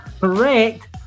correct